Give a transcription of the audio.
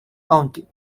county